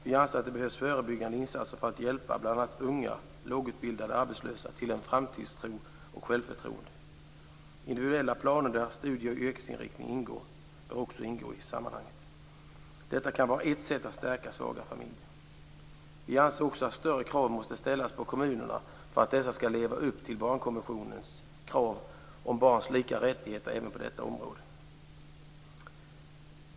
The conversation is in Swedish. Vi anser att det behövs förebyggande insatser för att hjälpa bl.a. unga, lågutbildade arbetslösa till en framtidstro och självförtroende. Individuella planer där studieoch yrkesinriktning ingår bör finnas med i sammanhanget. Detta kan vara ett sätt att stärka svaga familjer. Vi anser också att större krav måste ställas på kommunerna för att de skall leva upp till barnkonventionens krav om barns lika rättigheter även på detta område.